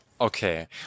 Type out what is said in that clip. Okay